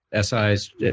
SIs